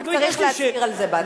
רק צריך להצהיר על זה בהתחלה.